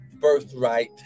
birthright